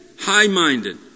high-minded